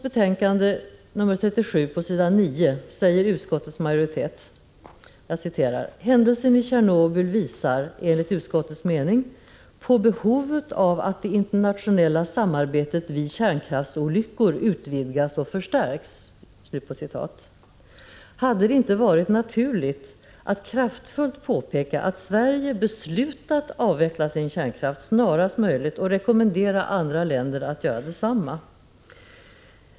”Händelsen i Tjernobyl visar, enligt utskottets mening, på behovet av att det internationella samarbetet vid kärnkraftsolyckor utvidgas och förstärks.” Hade det inte varit naturligt att kraftfullt påpeka att Sverige har beslutat avveckla sin kärnkraft snarast möjligt och att rekommendera andra länder att göra detsamma?